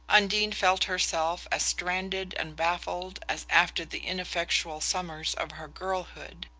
undine felt herself as stranded and baffled as after the ineffectual summers of her girlhood.